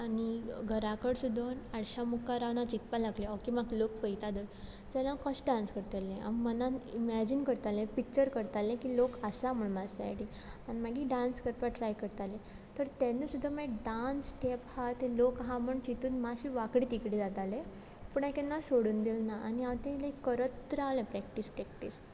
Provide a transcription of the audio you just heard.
आनी घरा कडेन सुदोन हारशा मुखार रावन हांव चिंतपा लागलें ओके म्हाका लोक पळयता धर जाल्यार हांव कशें डांस करतलें हांव मनान इमॅजीन करतालें पिच्चर करतालें की लोक आसा म्हूण मा सायडीक आन मागी डांस करपा ट्राय करतालें तर तेन्न सुद्दां माय डांस स्टॅप आसा ते लोक आसा म्हूण चिंतून माश्शी वांकडे तिकडे जातालें पूण हांव केन्ना सोडून दिल ना आनी हांव तें लायक करत रावलें प्रॅक्टीस प्रॅक्टीस